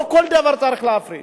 לא כל דבר צריך להפריט.